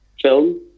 film